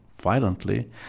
violently